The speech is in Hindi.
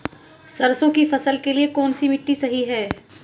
सरसों की फसल के लिए कौनसी मिट्टी सही हैं?